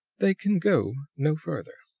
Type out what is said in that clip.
they can go no further.